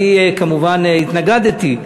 אני, כמובן, התנגדתי.